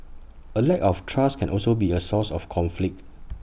A lack of trust can also be A source of conflict